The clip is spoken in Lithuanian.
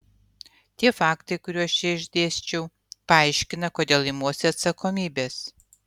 tie faktai kuriuos čia išdėsčiau paaiškina kodėl imuosi atsakomybės